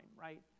right